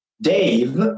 Dave